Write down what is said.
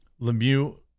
Lemieux